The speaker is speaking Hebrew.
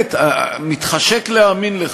מתחשק להאמין לך,